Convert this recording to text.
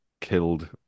killed